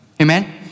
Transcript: Amen